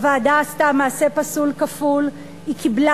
הוועדה עשתה מעשה פסול כפול: היא קיבלה